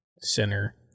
center